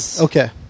Okay